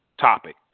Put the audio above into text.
topic